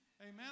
Amen